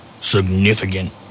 significant